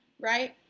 right